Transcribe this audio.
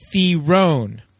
Theron